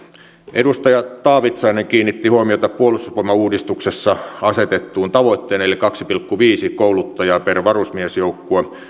edustaja taavitsainen kiinnitti huomiota puolustusvoimauudistuksessa asetettuun tavoitteeseen eli kaksi pilkku viisi kouluttajaa per varusmiesjoukkue